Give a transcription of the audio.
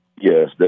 Yes